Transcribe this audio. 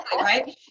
right